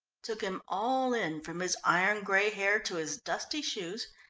took him all in, from his iron-grey hair to his dusty shoes,